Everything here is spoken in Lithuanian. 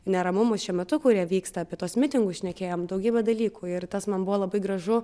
neramumus šiuo metu kurie vyksta apie tuos mitingus šnekėjom daugybę dalykų ir tas man buvo labai gražu